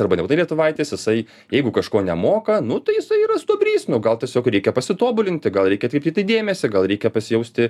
arba nebūtinai lietuvaitis jisai jeigu kažko nemoka nu tai jisai yra stuobrys nu gal tiesiog reikia pasitobulinti gal reikia atkreipt į tai dėmesį gal reikia pasijausti